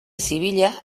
zibila